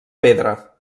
pedra